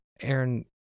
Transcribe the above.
Aaron